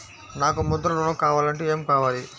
నాకు ముద్ర ఋణం కావాలంటే ఏమి కావాలి?